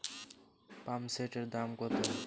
পাম্পসেটের দাম কত?